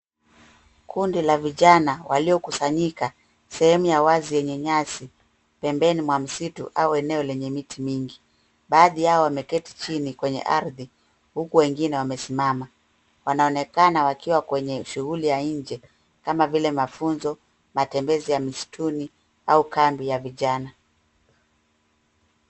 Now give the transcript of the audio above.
Kundi la vijana waliokusanyika sehemu ya wazi yenye nyasi. Pembeni mwa msitu au eneo lenye miti mingi. Baadhi yao wameketi chini kwenye ardhi huku wengine wamesimama. Wanaonekana wakiwa kwenye shughuli ya nje kama vile mafunzo, matembezi ya misituni au kambi ya vijana.